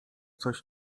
coś